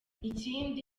ikindi